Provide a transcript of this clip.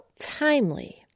timely